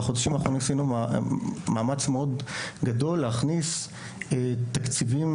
בחודשים האחרונים עשינו מאמץ מאוד גדול להכניס תקציבים,